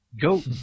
go